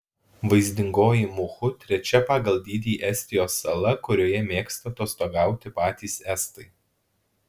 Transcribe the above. vaizdingoji muhu trečia pagal dydį estijos sala kurioje mėgsta atostogauti patys estai